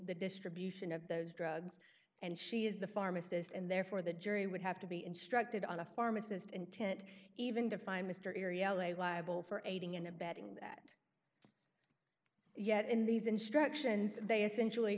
the distribution of those drugs and she is the pharmacist and therefore the jury would have to be instructed on a pharmacist intent even define mr ariel a liable for aiding and abetting that yet in these instructions they essentially